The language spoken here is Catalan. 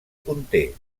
conté